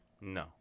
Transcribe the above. No